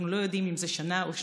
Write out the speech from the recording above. אנחנו לא יודעים אם זה שנה או שנתיים,